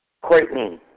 Courtney